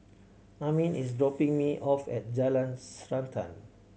Amin is dropping me off at Jalan Srantan